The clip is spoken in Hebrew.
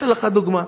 אתן לך דוגמה.